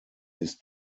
ist